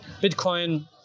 Bitcoin